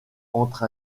entre